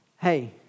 hey